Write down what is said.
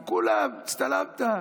עם כולם הצטלמת,